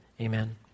amen